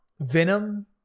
Venom